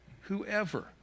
whoever